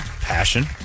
passion